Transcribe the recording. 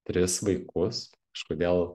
tris vaikus kažkodėl